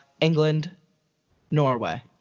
England-Norway